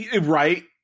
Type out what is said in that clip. Right